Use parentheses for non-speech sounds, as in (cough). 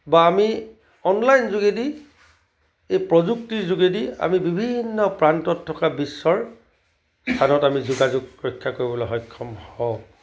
বা আমি অনলাইন যোগেদি বা এই প্ৰযুক্তিৰ যোগেদি আমি বিভিন্ন প্ৰান্তত থকা বিশ্বৰ (unintelligible) আমি যোগাযোগ ৰক্ষা কৰিবলৈ আমি সক্ষম হওঁ